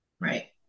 Right